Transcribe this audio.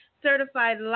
Certified